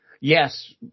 Yes